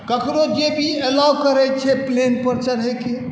ककरो जेबी एलाउ करै छै प्लेनपर चढ़ैके